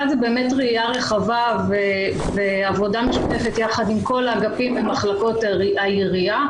אחד הוא ראייה רחבה ועבודה משותפת ביחד עם כל האגפים ומחלקות העירייה,